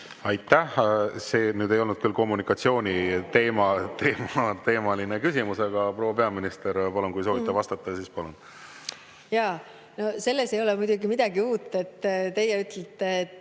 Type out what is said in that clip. Aitäh! See nüüd ei olnud küll kommunikatsiooniteemaline küsimus, aga, proua peaminister, kui soovite vastata, siis palun! Jaa, selles ei ole muidugi midagi uut, et teie ütlete, et